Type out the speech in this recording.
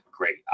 Great